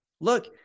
Look